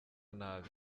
nabi